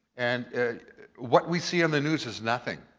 and what we see on the news is nothing.